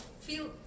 feel